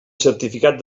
certificat